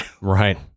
Right